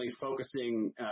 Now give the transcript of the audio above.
focusing